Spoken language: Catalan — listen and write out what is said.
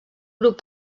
grup